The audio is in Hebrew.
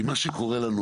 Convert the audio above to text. כי מה שקורה לנו,